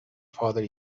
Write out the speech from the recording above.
father